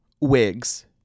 wigs